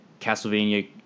Castlevania